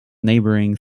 neighboring